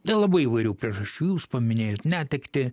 dėl labai įvairių priežasčių jūs paminėjot netektį